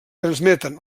transmeten